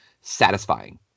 Satisfying